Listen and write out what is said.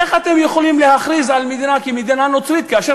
איך אתם יכולים להכריז על מדינה כמדינה נוצרית כאשר